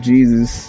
Jesus